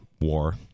War